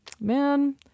man